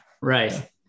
Right